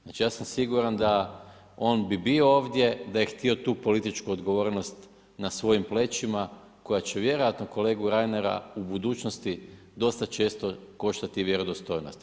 Znači ja sam siguran da on bi bio ovdje da je htio tu političku odgovornost na svojim plećima koja će vjerojatno kolegu Reinera u budućnosti dosta često koštati vjerodostojnosti.